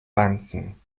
banken